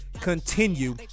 continue